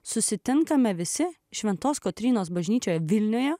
susitinkame visi šventos kotrynos bažnyčioje vilniuje